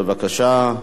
בבקשה.